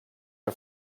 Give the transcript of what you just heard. are